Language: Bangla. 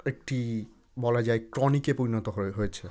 একটি বলা যায় ক্রনিকে পরিণত হয়ে হয়েছে